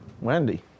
Wendy